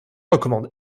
recommande